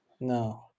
No